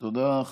תודה.